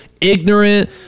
ignorant